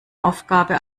aufgabe